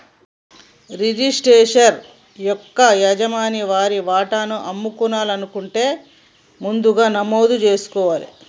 registered share యొక్క యజమాని వారి వాటాను అమ్మాలనుకుంటే ముందుగా నమోదు జేసుకోవాలే